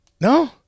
No